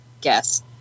guess